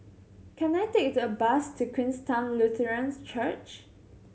can I take the bus to Queenstown Lutheran Church